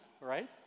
right